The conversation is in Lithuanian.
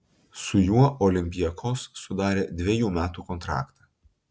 su juo olympiakos sudarė dvejų metų kontraktą